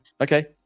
Okay